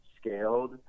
scaled